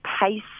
pace